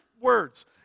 words